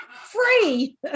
free